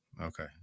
Okay